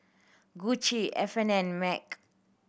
Gucci F N and MAG